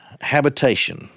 habitation